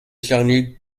charny